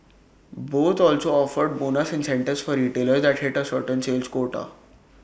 both also offered bonus incentives for retailers that hit A certain sales quota